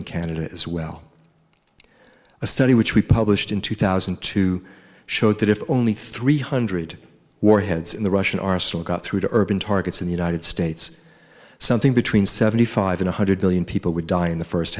and canada as well a study which we published in two thousand and two showed that if only three hundred warheads in the russian arsenal got through to urban targets in the united states something between seventy five one hundred million people would die in the first